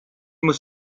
muss